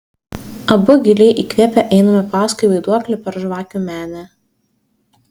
abu giliai įkvėpę einame paskui vaiduoklį per žvakių menę